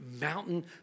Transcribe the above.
mountain